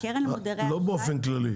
או באופן כללי.